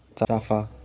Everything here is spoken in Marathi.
चाफा